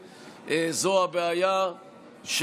היא הבעיה של